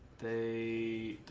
the